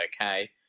okay